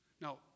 Now